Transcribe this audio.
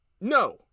No